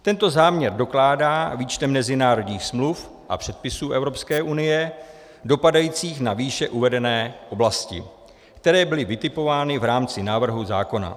Tento záměr dokládá výčtem mezinárodních smluv a předpisů Evropské unie dopadajících na výše uvedené oblasti, které byly vytipovány v rámci návrhu zákona.